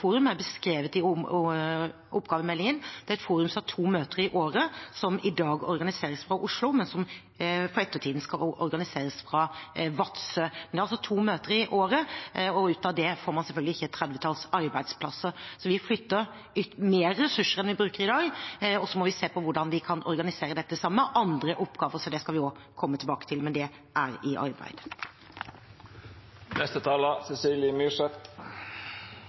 har to møter i året, som i dag organiseres fra Oslo, men som for ettertiden skal organiseres fra Vadsø. De har altså to møter i året, og av det får man selvfølgelig ikke et trettitalls arbeidsplasser. Vi flytter flere ressurser enn vi bruker i dag, og så må vi se på hvordan vi kan organisere dette sammen med andre oppgaver. Det skal vi også komme tilbake til, men det er under arbeid. Jeg blir litt forundret når jeg hører statsråden prate nå, for jeg synes det i